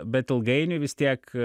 bet ilgainiui vis tiek